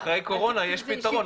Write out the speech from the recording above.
אחרי הקורונה יש פתרון,